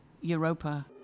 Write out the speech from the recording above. Europa